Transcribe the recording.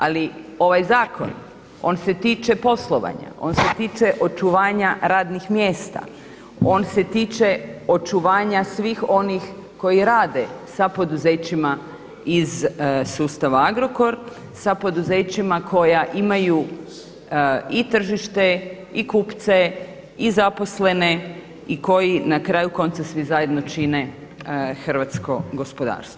Ali ovaj zakon on se tiče poslovanja, on se tiče očuvanja radnih mjesta, on se tiče očuvanja svih onih koji rade sa poduzećima iz sustava Agrokor, sa poduzećima koja imaju i tržište i kupce i zaposlene i koji na kraju konca zajedno čine hrvatsko gospodarstvo.